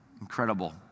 Incredible